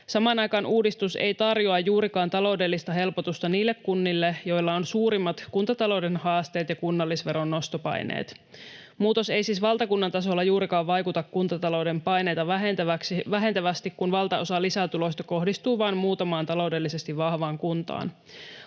Samaan aikaan uudistus ei tarjoa juurikaan taloudellista helpotusta niille kunnille, joilla on suurimmat kuntatalouden haasteet ja kunnallisveron nostopaineet. Muutos ei siis valtakunnan tasolla juurikaan vaikuta kuntatalouden paineita vähentävästi, kun valtaosa lisätuloista kohdistuu vain muutamaan taloudellisesti vahvaan kuntaan.